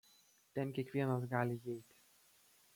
ten kiekvienas gali įeit